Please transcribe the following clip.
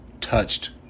touched